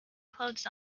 clothes